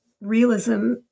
realism